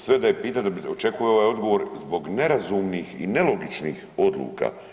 Sve da je pitati, očekuju ovaj odgovor zbog nerazumnih i nelogičnih odluka.